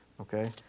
Okay